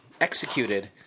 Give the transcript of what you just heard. executed